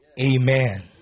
Amen